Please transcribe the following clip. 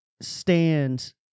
stands